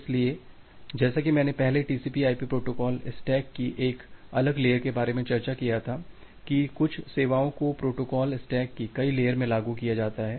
इसलिए जैसा कि मैंने पहले टीसीपी आईपी प्रोटोकॉल स्टैक की एक अलग लेयर के बारे में चर्चा किया था कि कुछ सेवाओं को प्रोटोकॉल स्टैक की कई लेयर्स में लागू किया जाता है